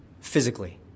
physically